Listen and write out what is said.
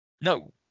No